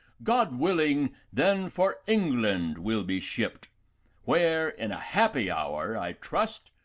god willing, then for england we'll be shipped where, in a happy hour, i trust,